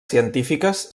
científiques